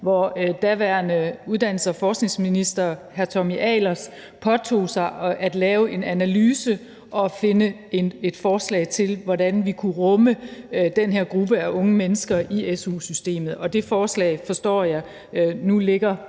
hvor daværende uddannelses- og forskningsminister Tommy Ahlers påtog sig at lave en analyse og finde et forslag til, hvordan vi kunne rumme den her gruppe af unge mennesker i su-systemet. Og det forslag forstår jeg nu ligger